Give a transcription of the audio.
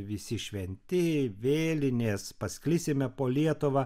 visi šventi vėlinės pasklisime po lietuvą